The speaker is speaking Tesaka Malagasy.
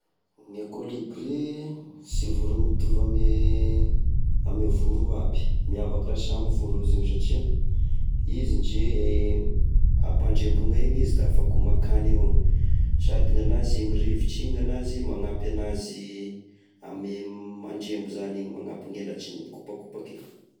Gne kolibria sy vorony mitovy ame voro io aby, miavaka reha samy vory izy io satria, izy ndre ampandrembogna egny izy da afaka omankany evao, sady gnanazy igny rivotra igny nagnazy magnampy anazy ame mandrembo zany iny magnampy ny helatriny mikopakopaky io.